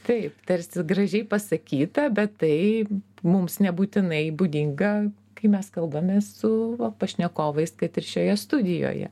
taip tarsi gražiai pasakyta bet tai mums nebūtinai būdinga kai mes kalbamės su pašnekovais kad ir šioje studijoje